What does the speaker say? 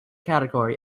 category